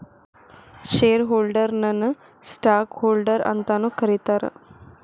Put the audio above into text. share ಹೋಲ್ಡರ್ನ ನ stock holder ಅಂತಾನೂ ಕರೇತಾರ